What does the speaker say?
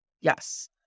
Yes